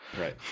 Right